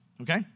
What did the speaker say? Okay